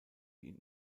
die